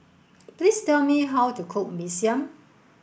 please tell me how to cook Mee Siam